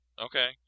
Okay